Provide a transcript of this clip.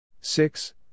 six